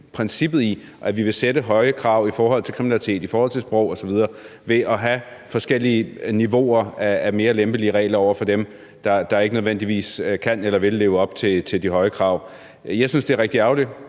princippet i, at vi vil sætte høje krav i forhold til kriminalitet, i forhold til sprog osv., når vi har forskellige niveauer af mere lempelige regler over for dem, der ikke nødvendigvis kan eller vil leve op til de høje krav. Jeg synes, det er rigtig